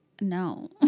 no